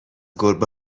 گربه